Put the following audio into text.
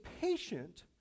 patient